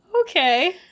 Okay